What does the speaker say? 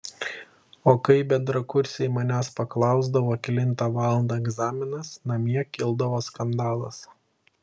o kai bendrakursiai manęs paklausdavo kelintą valandą egzaminas namie kildavo skandalas